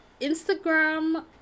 Instagram